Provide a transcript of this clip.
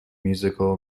musical